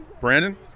Brandon